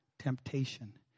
temptation